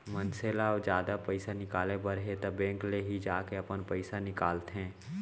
मनसे ल जादा पइसा निकाले बर हे त बेंक ले ही जाके अपन पइसा निकालंथे